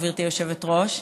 גברתי היושבת-ראש,